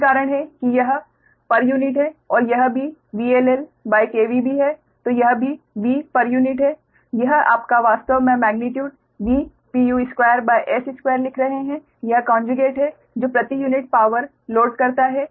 यही कारण है कि यह pu है और यह भी VL LKVB है तो यह भी Vpu है यह आप वास्तव में मेग्नीट्यूड 2 S2 लिख रहे हैं यह कोंजुगेट है जो प्रति यूनिट पावर लोड करता है